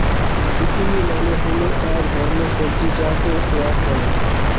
zucchini মানে হল এক ধরনের সবজি যাকে স্কোয়াশ বলে